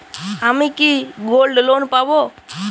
আমি কি gold loan পাবো?